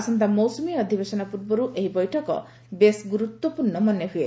ଆସନ୍ତା ମୌସୁମୀ ଅଧିବେଶନ ପୂର୍ବରୁ ଏହି ବୈଠକ ବେଶ୍ ଗୁରୁତ୍ୱପୂର୍ଣ୍ଣ ମନେ ହୁଏ